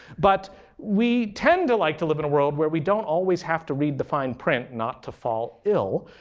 but we tend to like to live in a world where we don't always have to read the fine print not to fall ill.